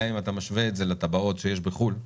גם אם אתה משווה את זה לטבעות שיש בחוץ לארץ,